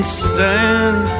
stand